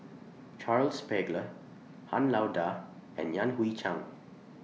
Charles Paglar Han Lao DA and Yan Hui Chang